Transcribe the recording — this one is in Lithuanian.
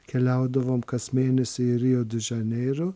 keliaudavom kas mėnes į rio de žaneiro